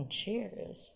Cheers